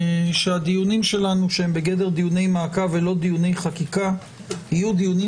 שהדיונים שלנו שהם בגדר דיוני מעקב ולא דיוני חקיקה יהיו דיונים